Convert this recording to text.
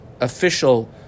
official